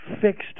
fixed